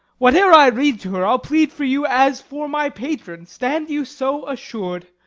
whate'er i read to her, i'll plead for you, as for my patron, stand you so assur'd,